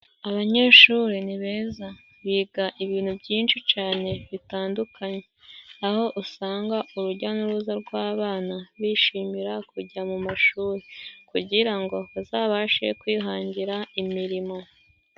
Abanyeshuri ni beza. Biga ibintu byinshi cane bitandukanye, aho usanga urujya n'uruza rw'abana bishimira kujya mu mashuri kugira ngo bazabashe kwihangira imirimo.